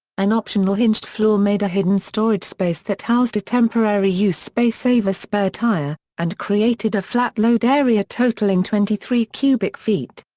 an optional hinged floor made a hidden storage space that housed a temporary use space-saver spare tire, and created a flat load area totaling twenty three cu but ft.